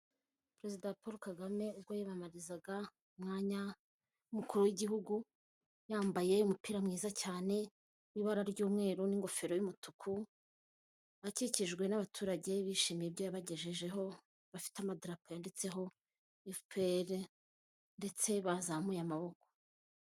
Perezida Paul Kagame ubwo yiyamamarizaga umwanya w'umukuru w'igihugu yambaye umupira mwiza cyane w'ibara ry'umweru n'ingofero y'umutuku; akikijwe n'abaturage bishimiye ibyo yabagejejeho bafite amadarapo yanditseho FPR ndetse bazamuye amaboko.